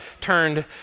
turned